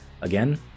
again